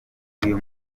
uyu